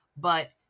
but-